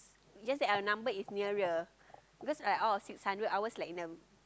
just that our number is nearer because I out of six hundred ours in the